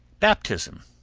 baptism.